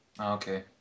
Okay